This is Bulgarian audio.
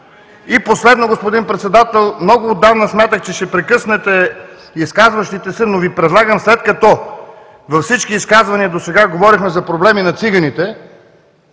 И последно, господин Председател. Много отдавна смятах, че ще прекъснете изказващите се, но Ви предлагам, след като във всички изказвания досега говорихме за проблеми на циганите,